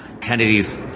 Kennedy's